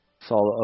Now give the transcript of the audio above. Saw